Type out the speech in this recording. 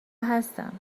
هستم